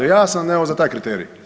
Ja sam evo za taj kriterij.